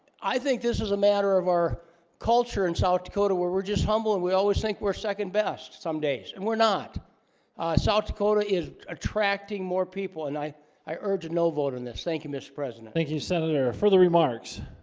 i think this is a matter of our culture in south dakota where we're just humble and we always think we're second best some days and we're not south dakota is attracting more people and i i urge a no vote on this thank you mr. president you senator further remarks